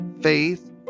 faith